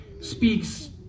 speaks